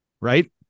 right